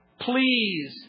Please